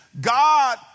God